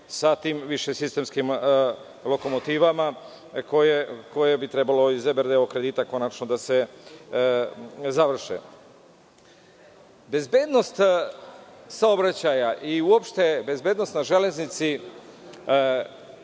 sa tim višesistemskim lokomotivama, koje bi trebalo iz IBRD kredita konačno da se završe. Bezbednost saobraćaja i uopšte bezbednost na železnici